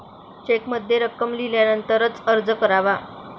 चेकमध्ये रक्कम लिहिल्यानंतरच अर्ज करावा